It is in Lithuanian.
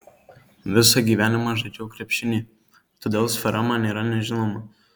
visą gyvenimą žaidžiau krepšinį todėl sfera man nėra nežinoma